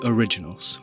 Originals